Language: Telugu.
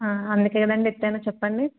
అందుకేనండి ఎత్తాను చెప్పండి